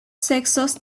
sexos